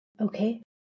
okay